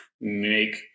make